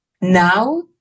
Now